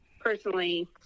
personally